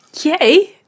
Yay